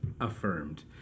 affirmed